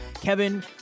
Kevin